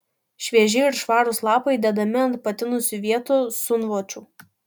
švieži ir švarūs lapai dedami ant patinusių vietų šunvočių